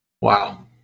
Wow